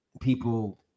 people